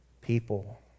people